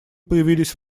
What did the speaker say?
появились